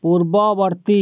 ପୂର୍ବବର୍ତ୍ତୀ